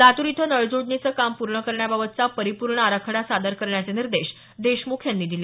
लातूर इथं नळजोडणीचं काम पूर्ण करण्याबाबतचा परिपूर्ण आराखडा सादर करण्याचे निर्देश त्यांनी दिले